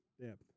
depth